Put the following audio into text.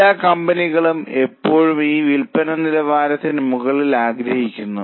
എല്ലാ കമ്പനികളും എപ്പോഴും ഈ വിൽപ്പന നിലവാരത്തിന് മുകളിൽ ആഗ്രഹിക്കുന്നു